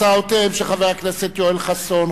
הצעותיהם של חבר הכנסת יואל חסון,